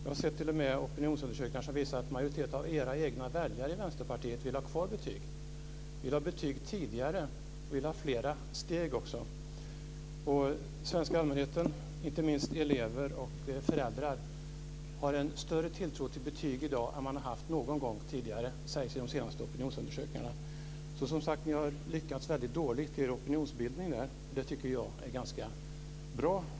Jag har t.o.m. sett opinionsundersökningar som visar att majoriteten av Vänsterpartiets egna väljare vill ha kvar betyg, vill ha betyg tidigare och vill ha flera betygssteg. Det sägs i de senaste opinionsundersökningarna att den svenska allmänheten, inte minst elever och föräldrar, i dag har en större tilltro till betyg än vad den har haft någon gång tidigare. Ni har alltså lyckats väldigt dåligt i er opinionsbildning på den här punkten. Jag tycker att det är ganska bra.